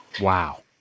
Wow